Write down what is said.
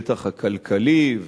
בטח הכלכלי,